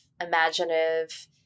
imaginative